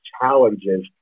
challenges